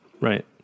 Right